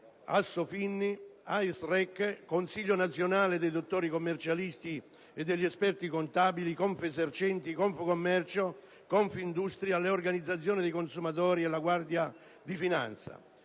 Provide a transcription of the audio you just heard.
Assofin, AISReC, il Consiglio nazionale dei dottori commercialisti e degli esperti contabili, Confesercenti, Confcommercio, Confindustria e le organizzazioni dei consumatori e la Guardia di finanza.